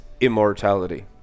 immortality